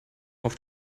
auf